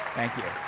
thank you.